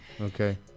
Okay